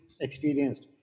experienced